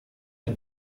ein